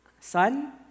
son